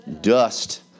dust